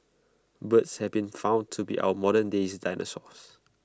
birds have been found to be our moderndays dinosaurs